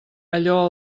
allò